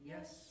Yes